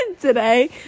today